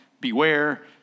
beware